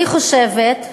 אני חושבת,